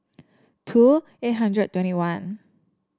two eight hundred twenty one